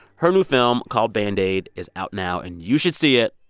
her new film called band aid is out now, and you should see it.